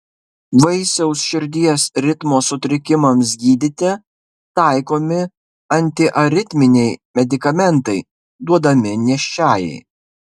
vaisiaus širdies ritmo sutrikimams gydyti taikomi antiaritminiai medikamentai duodami nėščiajai